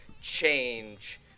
change